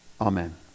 Amen